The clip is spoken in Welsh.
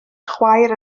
chwaer